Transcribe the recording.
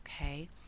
okay